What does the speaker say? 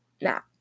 now